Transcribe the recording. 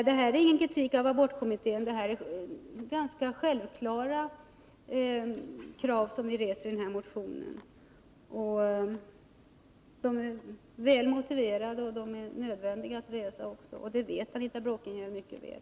Detta är ingen kritik av abortkommitténs arbete, utan det är ganska självklara krav som vi reser i vår motion. De är väl motiverade, och de är nödvändiga att resa — och det vet Anita Bråkenhielm mycket väl.